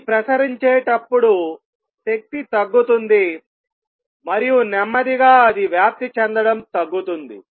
అది ప్రసరించేటప్పుడు శక్తి తగ్గుతుంది మరియు నెమ్మదిగా అది వ్యాప్తి చెందడం తగ్గుతుంది